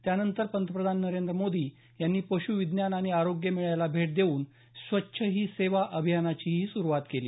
त्यानंतर पंतप्रधान मोदी यांनी पशू विज्ञान आणि आरोग्य मेळ्याला भेट देऊन स्वच्छ ही सेवा अभियानचीही सुरुवात केली